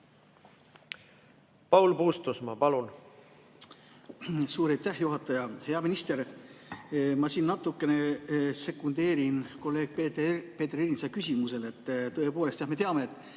Paul Puustusmaa, palun! Suur aitäh, juhataja! Hea minister! Ma siin natukene sekundeerin kolleeg Peeter Ernitsa küsimusele. Tõepoolest, me teame, et